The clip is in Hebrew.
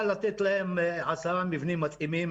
לתת להם בעוד שעה עשרה מבנים מתאימים,